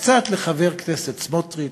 קצת לחבר הכנסת סמוטריץ,